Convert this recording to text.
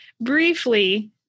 briefly